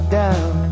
down